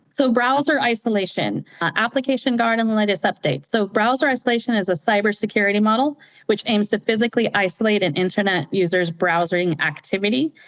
so browser isolation, application guard and latest updates. so browser isolation is a cybersecurity model which aims to physically isolated an internet user's browsing activity.